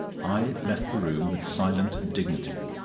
i left the room with silent dignity,